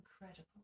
incredible